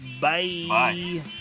Bye